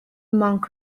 monk